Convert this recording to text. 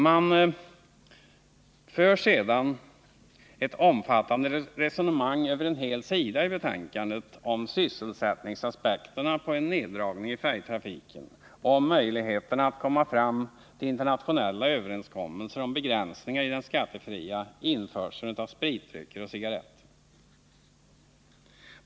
Man för sedan ett omfattande resonemang över en hel sida i betänkandet om sysselsättningsaspekterna på en neddragning i färjetrafiken och om möjligheten att komma fram till internationella överenskommelser om begränsningar i den skattefria införseln av spritdrycker och cigaretter.